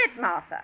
Martha